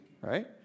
Right